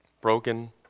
broken